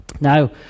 Now